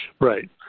Right